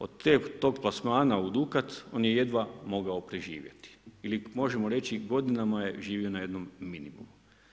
Od tog plasmana u Dukat on je jedva mogao preživjeti ili možemo reći, godinama je živio na jednom minimumu.